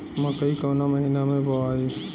मकई कवना महीना मे बोआइ?